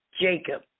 Jacob